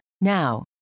Now